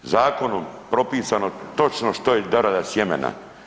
Zakonom propisano točno što je dorada sjemena.